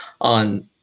on